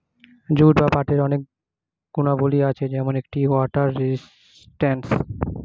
jute বা পাটের অনেক গুণাবলী আছে যেমন এটি ওয়াটার রেজিস্ট্যান্স